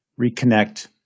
reconnect